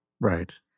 Right